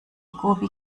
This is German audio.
gobi